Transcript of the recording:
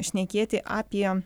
šnekėti apie